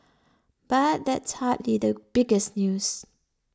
but that's hard little biggest news